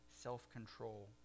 self-control